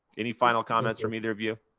any final comments from either of you?